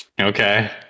Okay